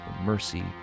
mercy